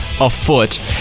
afoot